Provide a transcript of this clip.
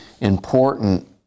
important